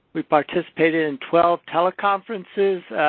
we participated in twelve teleconferences,